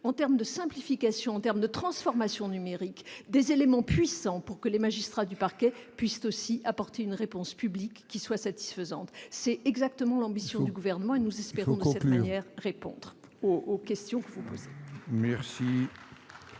en termes de simplification en terme de transformation numérique des éléments puissants pour que les magistrats du parquet puissent aussi apporter une réponse publique qui soit satisfaisante, c'est exactement l'ambition du gouvernement et nous espérons au groupe lumière répondre aux questions. C'est merci.